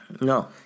No